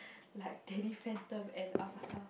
like Danny-Phantom and Avatar